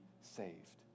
saved